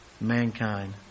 mankind